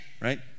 right